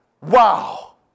Wow